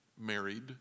married